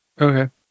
okay